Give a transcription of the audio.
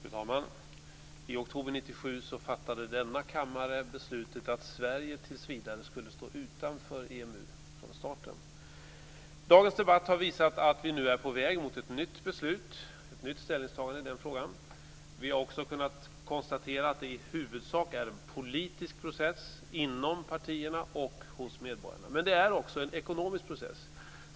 Fru talman! I oktober 1997 fattade denna kammare beslutet att Sverige från starten och tills vidare skulle stå utanför EMU. Dagens debatt har visat att vi nu är på väg mot ett nytt ställningstagande i den frågan. Vi har också kunnat konstatera att det i huvudsak är en politisk process inom partierna och hos medborgarna. Men det är också en ekonomisk process.